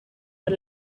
per